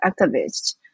activists